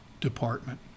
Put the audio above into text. department